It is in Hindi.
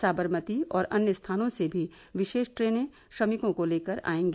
साबरमती और अन्य स्थानों से भी विशेष ट्रेनें श्रमिकों को लेकर आएगी